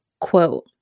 quote